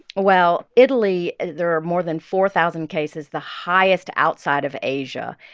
well, italy there are more than four thousand cases, the highest outside of asia.